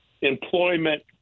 employment